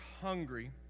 hungry